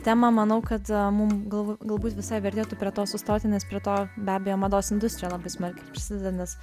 temą manau kad mum galbū galbūt visai vertėtų prie to sustoti nes prie to be abejo mados industrija labai smarkiai prisideda nes